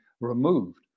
removed